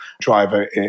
driver